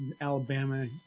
Alabama